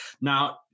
Now